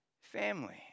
family